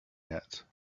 yet